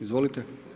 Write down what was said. Izvolite.